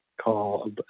call